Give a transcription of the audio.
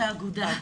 תודה רבה,